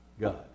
God